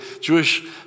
Jewish